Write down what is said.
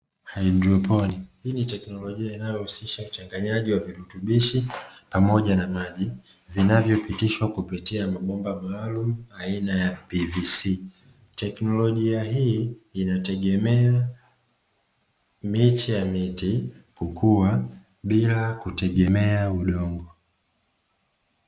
Haidroponi, hii ni teknolojia inayo husisha uchanganyaji wa virutubishi pamoja na maji vinavyopitishwa kupitia mabomba maalumu aina ya "pvc". Teknolojia hii inategemea miche ya miti kukua bila kutegemea udongo.